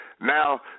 Now